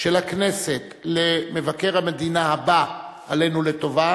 של הכנסת למבקר המדינה הבא עלינו לטובה